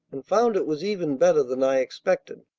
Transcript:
and found it was even better than i expected.